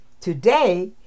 today